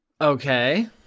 Okay